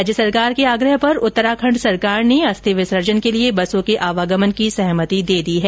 राज्य सरकार के आग्रह पर उत्तराखण्ड सरकार ने अस्थी विसर्जन के लिए बसों के आवागमन की सहमति दे दी है